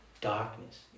Darkness